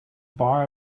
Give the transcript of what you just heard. bar